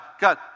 God